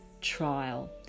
trial